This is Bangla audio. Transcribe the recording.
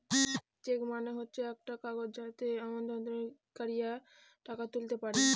চেক মানে হচ্ছে একটা কাগজ যাতে আমানতকারীরা টাকা তুলতে পারে